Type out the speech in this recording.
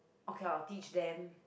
okay I'll teach then